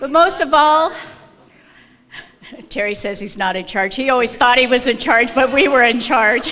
but most of all terry says he's not in charge he always thought he was in charge but we were in charge